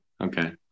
Okay